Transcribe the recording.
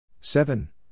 Seven